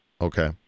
Okay